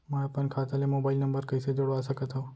मैं अपन खाता ले मोबाइल नम्बर कइसे जोड़वा सकत हव?